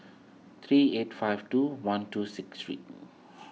three eight five two one two six three